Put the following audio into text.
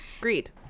greed